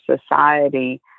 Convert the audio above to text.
society